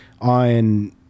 on